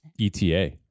ETA